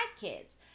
kids